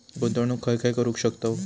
गुंतवणूक खय खय करू शकतव?